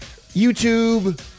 YouTube